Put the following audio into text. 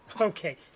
Okay